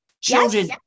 Children